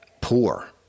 poor